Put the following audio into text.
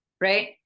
Right